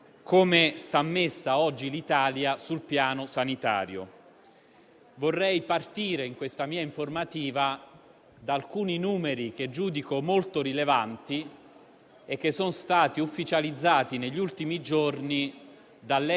in un contesto che è tutt'altro che semplice, perché nel mondo è sicuramente il momento più difficile. Procediamo a livello globale con circa un milione di nuovi casi a settimana,